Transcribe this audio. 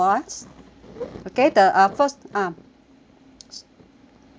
okay the uh first ah